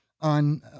on